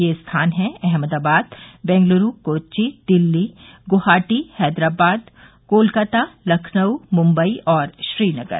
ये स्थान हैं अहमदाबाद बेंगलूरू कोच्चि दिल्ली गुवाहाटी हैदराबाद कोलकाता लखनऊ मुंबई और श्रीनगर